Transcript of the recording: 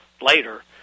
later